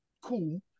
cool